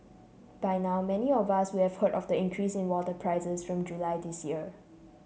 by now many of us would have heard of the increase in water prices from July this year